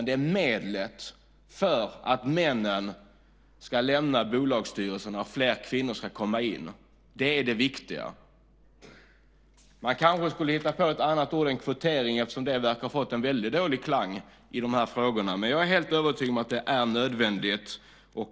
Det är medlet för att männen ska lämna bolagsstyrelserna och fler kvinnor ska komma in. Det är det viktiga. Man kanske skulle hitta på ett annat ord än kvotering eftersom det verkar ha fått en väldigt dålig klang i de här frågorna, men jag är helt övertygad om att det är nödvändigt.